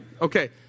okay